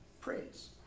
praise